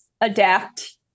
adapt